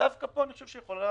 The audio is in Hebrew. ודווקא פה יכול להיות